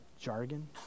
jargon